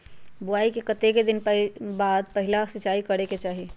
बोआई के कतेक दिन बाद पहिला सिंचाई करे के चाही?